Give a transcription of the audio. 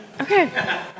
Okay